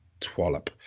twallop